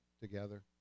Together